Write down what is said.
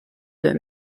d’un